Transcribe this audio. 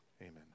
Amen